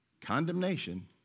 condemnation